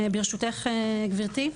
ברשותך גבירתי.